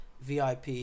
VIP